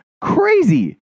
crazy